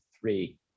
three